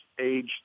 age